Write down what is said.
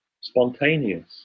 spontaneous